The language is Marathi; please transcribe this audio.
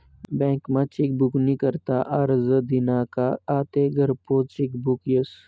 बँकमा चेकबुक नी करता आरजं दिना का आते घरपोच चेकबुक यस